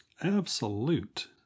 absolute